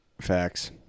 facts